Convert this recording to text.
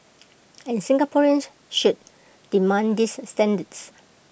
and Singaporeans should demand these standards